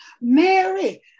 mary